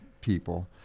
people